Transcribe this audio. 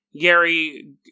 Gary